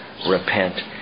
Repent